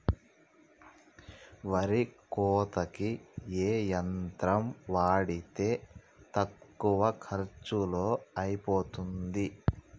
వరి కోతకి ఏ యంత్రం వాడితే తక్కువ ఖర్చులో అయిపోతుంది?